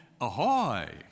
ahoy